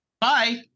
Bye